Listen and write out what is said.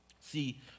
See